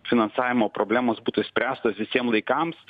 finansavimo problemos būtų išspręstos visiem laikams